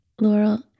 Laurel